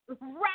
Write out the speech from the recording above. right